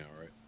right